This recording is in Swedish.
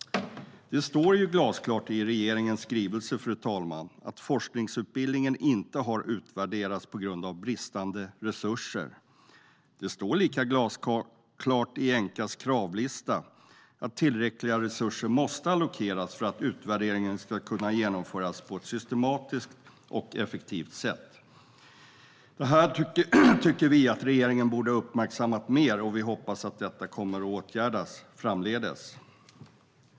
Det står ju glasklart i regeringens skrivelse, fru talman, att forskningsutbildningen inte har utvärderats på grund av bristande resurser. Det står lika glasklart i ENQA:s kravlista att tillräckliga resurser måste allokeras för att utvärderingen ska kunna genomföras på ett systematiskt och effektivt sätt. Det här tycker vi att regeringen borde ha uppmärksammat mer, och vi hoppas att det kommer att åtgärdas framdeles.